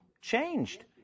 Changed